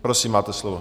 Prosím, máte slovo.